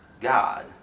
God